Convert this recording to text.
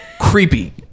creepy